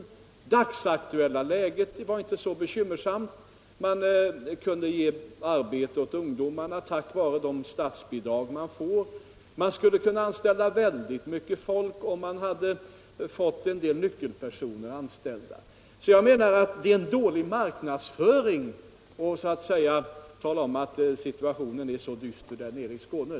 Det dagsaktuella läget var inte speciellt bekymmersamt: det visade sig att man kunde ge arbete åt ungdomarna tack vare de statsbidrag man får och att man också skulle kunna anställa mycket folk, om man bara kunde få en del nyckelpersoner anställda. Jag menar att det är en dålig marknadsföring att tala om att situationen är så dyster där nere i Skåne.